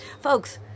Folks